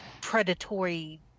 predatory